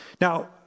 Now